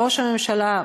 ראש הממשלה,